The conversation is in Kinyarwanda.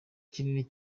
kinini